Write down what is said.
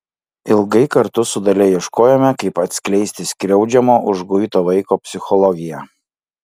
ilgai kartu su dalia ieškojome kaip atskleisti skriaudžiamo užguito vaiko psichologiją